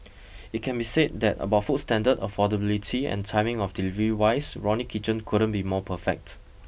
it can be said that about food standard affordability and timing of delivery wise Ronnie Kitchen couldn't be more perfect